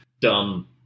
dumb